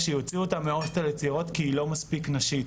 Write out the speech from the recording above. שהוציאו אותה מהוסטל לצעירות כי היא לא מספיק נשית.